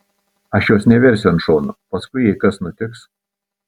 aš jos neversiu ant šono paskui jei kas nutiks